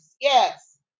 Yes